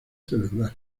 celular